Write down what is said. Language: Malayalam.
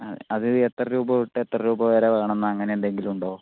അത് എത്ര രൂപ തൊട്ട് എത്ര രൂപ വരെ വേണെമെന്നു അങ്ങനെ എന്തെങ്കിലും ഉണ്ടോ